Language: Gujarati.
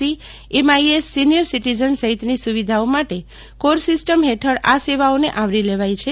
C M I S senior citizen સહિતની સુવિધાઓ માટે કોર સીસ્ટમ હેઠળ આ સેવાઓને આવરી લેવાઈ છે